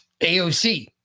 AOC